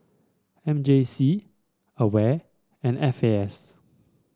M J C Aware and F A S